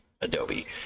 adobe